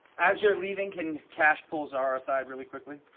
as they're leaving, can kash pull zahra aside really quickly?